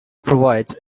provides